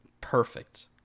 perfect